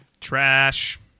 Trash